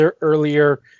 earlier